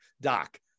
doc